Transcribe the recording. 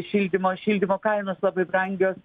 šildymo šildymo kainos labai brangios